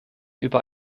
über